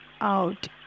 Out